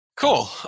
Cool